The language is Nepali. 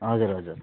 हजुर हजुर